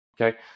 Okay